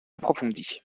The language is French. approfondie